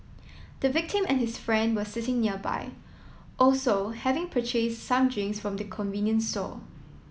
the victim and his friend were sitting nearby also having purchase some drinks from the convenience store